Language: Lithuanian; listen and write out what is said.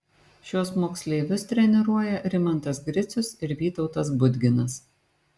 šiuos moksleivius treniruoja rimantas gricius ir vytautas budginas